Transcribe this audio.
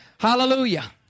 Hallelujah